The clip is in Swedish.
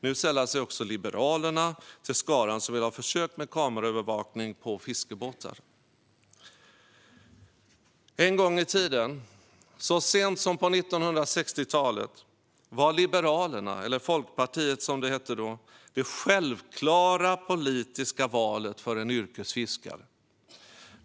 Nu sällar sig också Liberalerna till skaran som vill ha försök med kameraövervakning på fiskebåtar. En gång i tiden, så sent som på 1960-talet, var Liberalerna, eller Folkpartiet som det hette då, det självklara politiska valet för en yrkesfiskare.